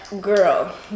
girl